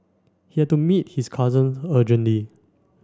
he had to meet his cousin urgently